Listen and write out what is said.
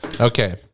okay